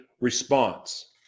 response